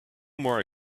more